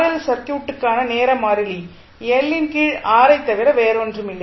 L சர்க்யூட்டுக்கான நேர மாறிலி எல் ன் கீழ் ஆர் ஐத் தவிர வேறு ஒன்றும் இல்லை